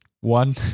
One